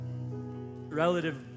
relative